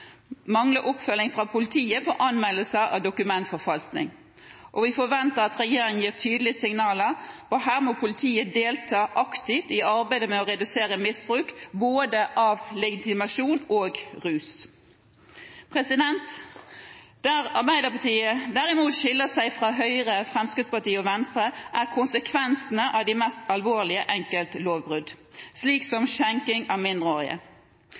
oppfølging fra politiet når det gjelder anmeldelser av dokumentforfalskning. Vi forventer at regjeringen gir tydelige signaler, og her må politiet delta aktivt i arbeidet med å redusere både misbruk av legitimasjon og rusmisbruk. Der Arbeiderpartiet derimot skiller seg fra Høyre, Fremskrittspartiet og Venstre, er når det gjelder konsekvensene av de mest alvorlige enkeltlovbrudd, slik som skjenking av mindreårige.